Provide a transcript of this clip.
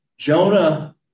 Jonah